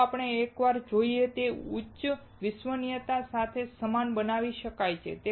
ચાલો ફરી એક વાર જોઈએ તે ઉચ્ચ વિશ્વસનીયતા સાથે સમાન બનાવી શકાય છે